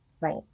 right